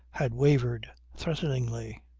had wavered threateningly.